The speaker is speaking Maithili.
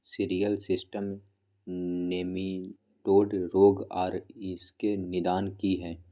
सिरियल सिस्टम निमेटोड रोग आर इसके निदान की हय?